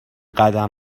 قدم